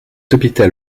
hôpital